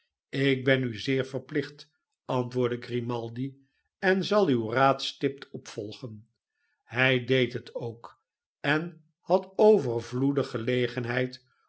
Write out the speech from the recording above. ik ben u zeer verplicht antwoordde grimaldi en zal uw raad stipt opvolgen hij deed net ook en had overvloedig gelegenheid